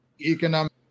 economic